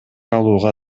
алууга